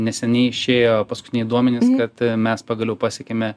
neseniai išėjo paskutiniai duomenys kad mes pagaliau pasiekėme